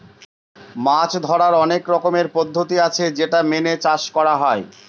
মাছ ধরার অনেক রকমের পদ্ধতি আছে যেটা মেনে মাছ চাষ করা হয়